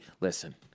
Listen